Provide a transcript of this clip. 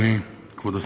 אדוני, תודה לך, כבוד השר,